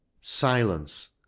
Silence